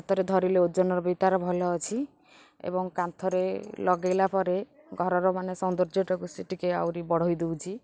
ହାତରେ ଧରିଲେ ଓଜନର ବି ତା'ର ଭଲ ଅଛି ଏବଂ କାନ୍ଥରେ ଲଗାଇଲା ପରେ ଘରର ମାନେ ସୌନ୍ଦର୍ଯ୍ୟଟାକୁ ସେ ଟିକେ ଆହୁରି ବଢ଼ାଇ ଦେଉଛି